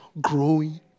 growing